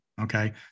Okay